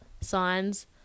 signs